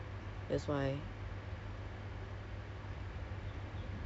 my office work my main office is at town what so I'm like ah malas